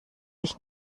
ich